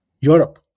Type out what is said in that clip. Europe